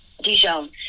Dijon